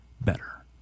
better